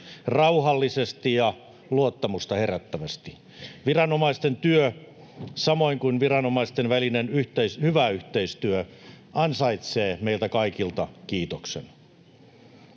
rauhallisesti ja luottamusta herättävästi. Viranomaisten työ, samoin kuin viranomaisten välinen hyvä yhteistyö, ansaitsee meiltä kaikilta kiitoksen.